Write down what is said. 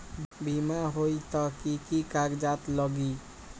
बिमा होई त कि की कागज़ात लगी?